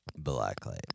blacklight